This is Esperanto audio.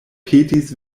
petis